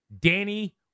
Danny